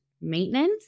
maintenance